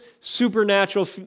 supernatural